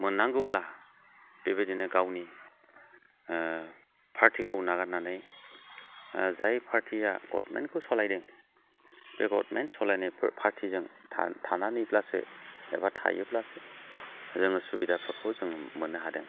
मोननांगौब्ला बेबादिनो गावनि पार्टीखौ नागारनानै जाय पार्टीया गभर्नमेन्टखौ सालायदों बे गभर्नमेन्ट सालायनाय पार्टीजों थानानैब्लासो एबा थायोब्लासो जोङो सुबिदाफोरखौ जोङो मोननो हादों